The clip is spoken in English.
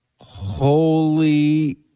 holy